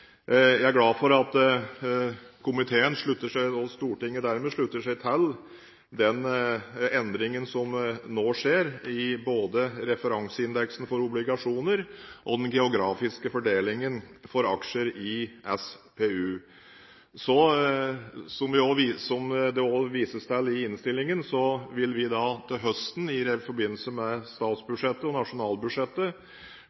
Jeg er glad for at komiteen, og dermed Stortinget, slutter seg til den endringen som nå skjer både i referanseindeksen for obligasjoner og den geografiske fordelingen for aksjer i SPU. Som det også vises til i innstillingen, vil vi til høsten, i forbindelse med